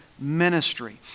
ministry